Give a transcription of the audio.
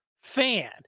fan